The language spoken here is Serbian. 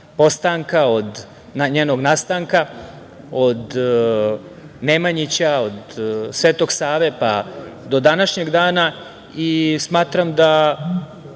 postanka, od njenog nastanka, od Nemanjića, od Svetog Save pa do današnjeg dana i smatram da